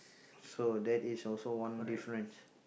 so that is also one difference